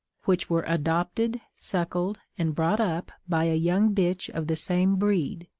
which were adopted, suckled, and brought up by a young bitch of the same breed,